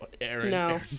No